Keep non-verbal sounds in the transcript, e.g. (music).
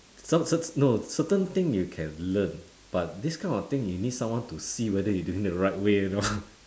some cert~ no certain thing you can learn but this kind of thing you need someone to see whether you doing the right way or not (laughs)